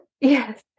Yes